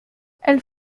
elles